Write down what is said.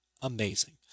amazing